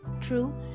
true